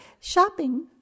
Shopping